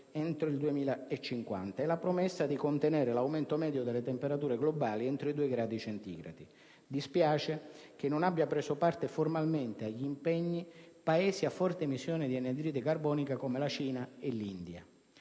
entro il 2050 e la promessa di contenere l'aumento medio delle temperature globali entro i 2 gradi centigradi. Dispiace che non abbiano preso parte formalmente agli impegni Paesi a forte emissione di anidride carbonica come la Cina e l'India.